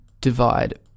divide